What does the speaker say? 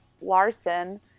Larson